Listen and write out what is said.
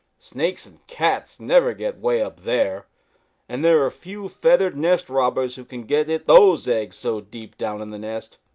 snakes and cats never get way up there and there are few feathered nest-robbers who can get at those eggs so deep down in the nest.